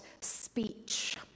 speech